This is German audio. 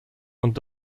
und